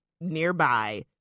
nearby